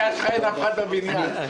אנחנו נושאים עכשיו באחריות על